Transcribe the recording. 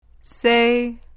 Say